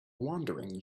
wandering